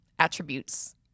attributes